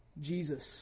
Jesus